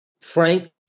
Frank